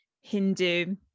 Hindu